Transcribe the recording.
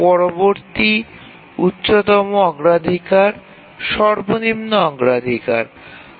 পরবর্তী অগ্রাধিকার হল T2 এবং সর্বনিম্ন অগ্রাধিকার হল T3 এর